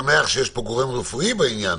אני דווקא שמח שיש פה גורם רפואי בעניין,